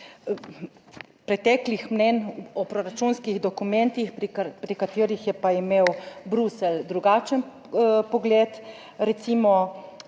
preteklih mnenj o proračunskih dokumentih, pri katerih je pa imel Bruselj drugačen pogled, recimo